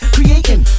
Creating